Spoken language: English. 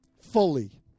fully